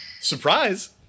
Surprise